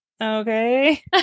okay